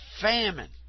famine